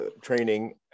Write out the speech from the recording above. training